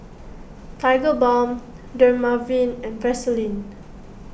Tigerbalm Dermaveen and Vaselin